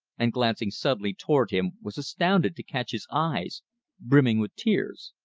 and glancing suddenly toward him was astounded to catch his eyes brimming with tears.